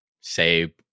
say